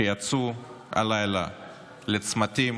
שיצאו הלילה לצמתים,